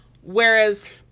Whereas